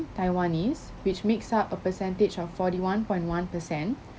taiwanese which makes up a percentage of forty one point one per cent